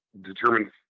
determine –